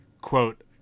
quote